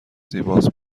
زیباست